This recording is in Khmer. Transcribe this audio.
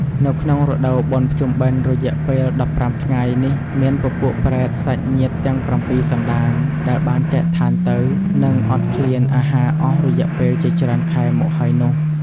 នៅក្នុងរដូវបុណ្យភ្ជុំបិណ្ឌរយៈពេល ១៥ថ្ងៃនេះមានពពួកប្រេត សាច់ញាតិទាំងប្រាំពីរសណ្ដាន ដែលបានចែកឋានទៅ និងអត់ឃ្លានអាហារអស់រយៈពេលជាច្រើនខែមកហើយនោះ។